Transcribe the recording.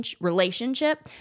relationship